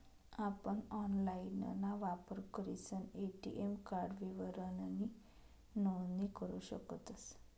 आपण ऑनलाइनना वापर करीसन ए.टी.एम कार्ड विवरणनी नोंदणी करू शकतस